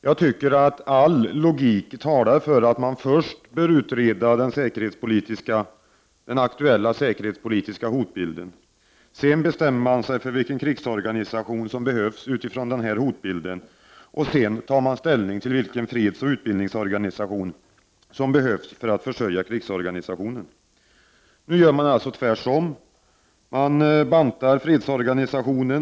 Jag tycker att all logik talar för att man först bör utreda den aktuella säkerhetspolitiska hotbilden, sedan bestämma sig för vilken krigsorganisation som behövs utifrån denna hotbild och först därefter ta ställning till vilken fredsoch utbildningsorganisation som behövs för att försörja den krigsorganisationen. Nu gör man alltså tvärsom och börjar med att banta fredsorganisationen.